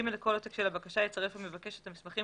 לכל עותק של הבקשה יצרף המבקש את המסמכים